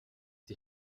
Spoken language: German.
die